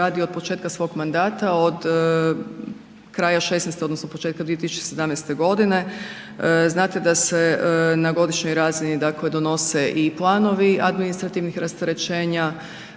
radi od početka svog mandata, od kraja 2016. odnosno početka 2017. g., znate da se na godišnjoj razini dakle donose i planovi administrativnih rasterećenja,